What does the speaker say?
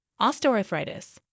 osteoarthritis